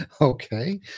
okay